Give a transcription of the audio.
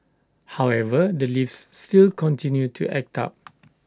however the lifts still continue to act up